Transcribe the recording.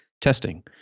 testing